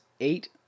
eight